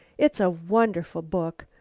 it's a wonderful book,